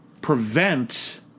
prevent